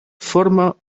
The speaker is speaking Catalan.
forma